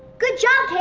good job kaden!